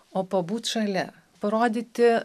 o pabūt šalia parodyti